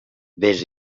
vés